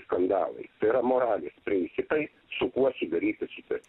skandalai tai yra moralės principai su kuo sudaryti sutartį